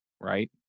right